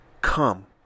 come